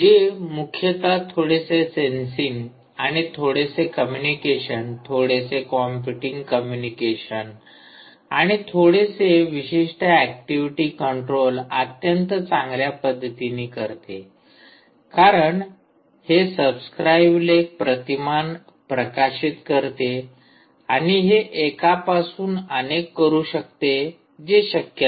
जे मुख्यत थोडेसे सेन्सिंग आणि थोडेसे कम्युनिकेशन थोडेसे कॉम्प्युटिंग कम्युनिकेशन आणि थोडेसे विशिष्ट ऍक्टिव्हिटी कंट्रोल अत्यंत चांगल्या पद्धतीने करते कारण हे सबस्क्राईब लेख प्रतिमान प्रकाशित करते आणि हे एका पासून अनेक करू शकते जे शक्य नाही